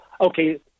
okay